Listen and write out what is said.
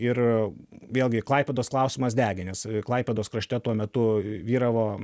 ir vėlgi klaipėdos klausimas degė nes klaipėdos krašte tuo metu vyravo